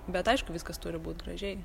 bet aišku viskas turi būt gražiai